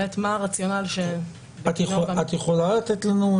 באמת להבין מהו הרציונל --- את יכולה לתת לנו,